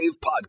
podcast